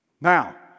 now